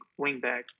wingback